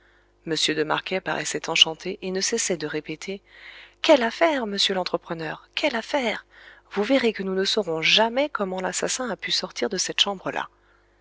de marquet paraissait enchanté et ne cessait de répéter quelle affaire monsieur l'entrepreneur vous verrez que nous ne saurons jamais comment l'assassin a pu sortir de cette chambre là